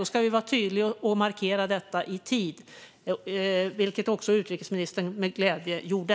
Då ska vi vara tydliga och markera detta i tid, vilket också utrikesministern med glädje gjorde.